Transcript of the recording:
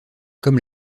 comme